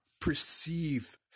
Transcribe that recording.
perceive